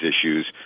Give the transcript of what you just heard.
issues